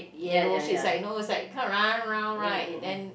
yellow street so is like you know is like kind of run round right then